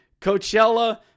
Coachella